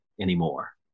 anymore